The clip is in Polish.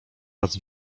raz